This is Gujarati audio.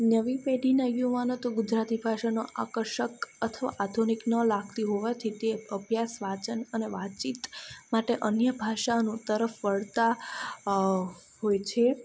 નવી પેઢીના તો યુવાનો ગુજરાતી ભાષાનો આકર્ષક અથવા આધુનિક ન લાગતી હોવાથી તે અભ્યાસ વાચન અને વાતચીત માટે અન્ય ભાષાઓ તરફ વળતાં હોય છે